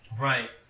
Right